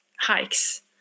hikes